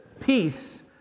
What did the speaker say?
peace